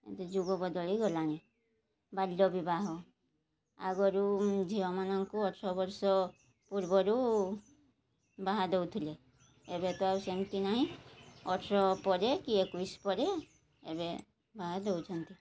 ଏମିତି ଯୁଗ ବଦଳି ଗଲାଣି ବାଲ୍ୟ ବିବାହ ଆଗରୁ ଝିଅମାନଙ୍କୁ ଅଠର ବର୍ଷ ପୂର୍ବରୁ ବାହା ଦଉଥିଲେ ଏବେ ତ ଆଉ ସେମିତି ନାହିଁ ଅଠର ପରେ କି ଏକୋଇଶ ପରେ ଏବେ ବାହା ଦେଉଛନ୍ତି